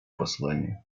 послание